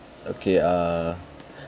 okay err